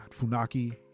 Funaki